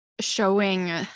Showing